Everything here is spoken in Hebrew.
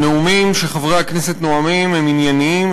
הנאומים שחברי הכנסת נואמים הם ענייניים,